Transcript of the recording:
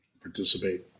participate